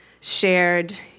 shared